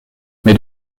mais